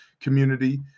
community